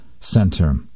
center